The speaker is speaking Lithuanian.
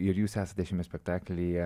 ir jūs esate šiame spektaklyje